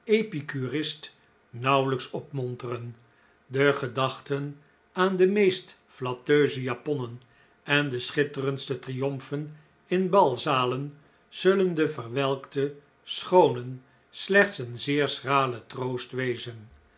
epicurist nauwelijks opmonteren de gedachten aan de meest flatteuze japonnen en de schitterendste triomfen in balzalen zullen de verwelkte schoonen slechts een zeer schrale troost wezen